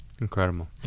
Incredible